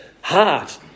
heart